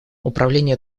управление